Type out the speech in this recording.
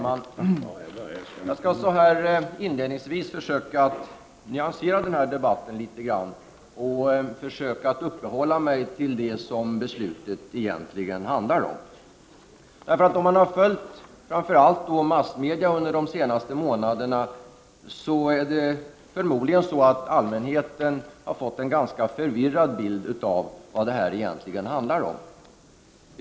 Herr talman! Jag skall inledningsvis försöka nyansera den här debatten och försöka uppehålla mig vid det som beslutet egentligen handlar om. Den som har följt massmedierna de senaste månaderna kan befara att allmänheten har fått en ganska förvirrande bild av vad det egentligen handlar om.